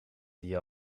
die